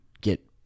get